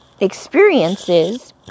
experiences